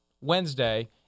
Wednesday